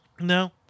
No